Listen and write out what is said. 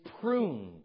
pruned